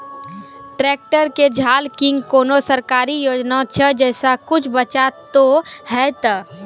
Tractor के झाल किंग कोनो सरकारी योजना छ जैसा कुछ बचा तो है ते?